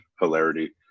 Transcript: hilarity